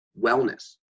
wellness